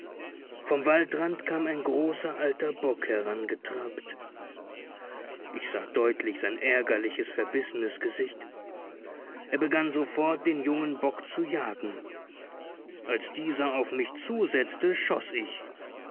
vom waldrand kam ein großer alter bock herangetrabt ich sah deutlich sein ärgerliches verrissenes gesicht er begann sofort den jungen bock zu jagen als dieser auf mich zusetzte schoß ich